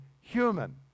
human